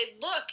look